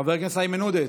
חבר הכנסת איימן עודה,